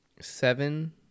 seven